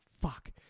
fuck